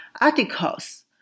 articles